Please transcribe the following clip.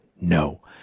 No